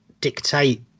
dictate